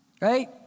Right